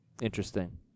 Interesting